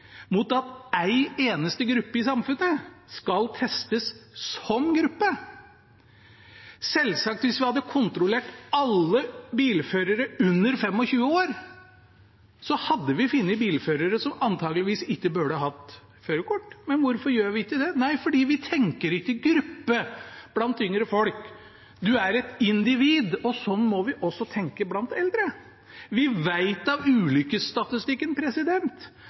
mot at én eneste gruppe i samfunnet skal testes – som gruppe. Selvsagt – hvis vi hadde kontrollert alle bilførere under 25 år, hadde vi funnet bilførere som antakeligvis ikke burde hatt førerkort. Men hvorfor gjør vi ikke det? Nei, fordi vi ikke tenker «gruppe» blant yngre folk. Du er et individ, og sånn må vi også tenke når det gjelder eldre. Vi vet av ulykkesstatistikken